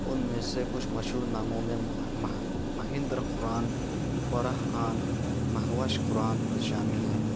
ان میں سے کچھ مشہور ناموں میں مہیندر خران فرح خان مہوش خران شامل ہیں